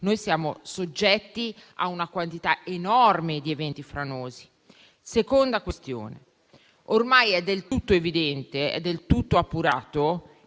che siamo soggetti a una quantità enorme di eventi franosi? La seconda questione è la seguente. Ormai è del tutto evidente e del tutto appurato